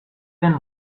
den